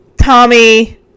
Tommy